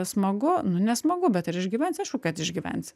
smagu nu nesmagu bet ar išgyvensi aišku kad išgyvensi